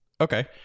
Okay